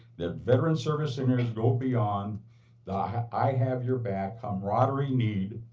that veteran service centers go beyond the i have your back comradery need.